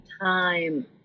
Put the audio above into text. time